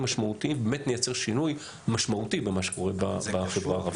משמעותיים ובאמת נייצר שינוי משמעותי במה שקורה בחברה הערבית.